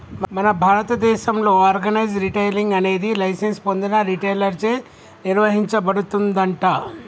మన భారతదేసంలో organise retailing అనేది లైసెన్స్ పొందిన రిటైలర్ చే నిర్వచించబడుతుందంట